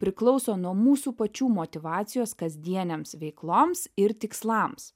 priklauso nuo mūsų pačių motyvacijos kasdienėms veikloms ir tikslams